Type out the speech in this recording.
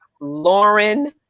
Lauren